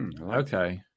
okay